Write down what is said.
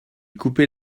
couper